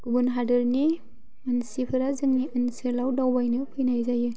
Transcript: गुबुन हादरनि मानसिफोरा जोंनि ओनसोलाव दावबायनो फैनाय जायो